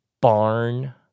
barn